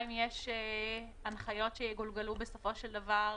היא אם יש הנחיות שיגולגלו בסופו של דבר,